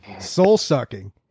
Soul-sucking